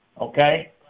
Okay